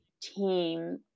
team